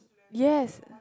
yes